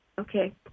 Okay